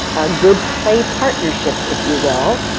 good play partnership, if you will,